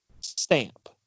stamp